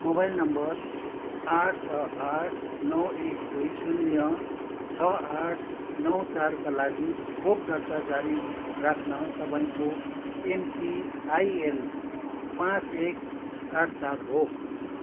mobile number आठ छ आठ नौ एक दुई शून्य छ आठ नौ चारका लागि खोप दर्ता जारी राख्न तपाईँँको एमपिआईएन पाँच एक आठ चार हो